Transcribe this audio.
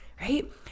right